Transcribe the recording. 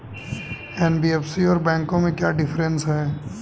NBFC और बैंकों में क्या डिफरेंस है?